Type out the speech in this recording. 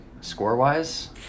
Score-wise